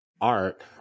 art